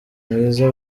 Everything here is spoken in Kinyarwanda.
mwiza